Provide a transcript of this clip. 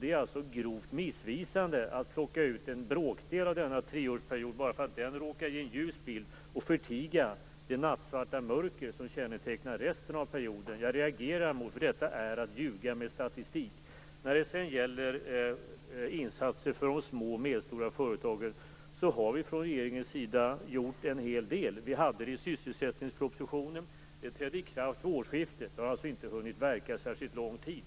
Det är alltså grovt missvisande att plocka ut en bråkdel av denna treårsperiod bara för att den råkar ge en ljus bild och förtiga det nattsvarta mörker som kännetecknar resten av perioden. Jag reagerar därför att detta är att ljuga med statistik.